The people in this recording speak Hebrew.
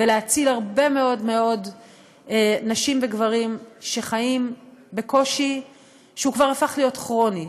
ולהציל הרבה מאוד מאוד נשים וגברים שחיים בקושי שכבר הפך להיות כרוני,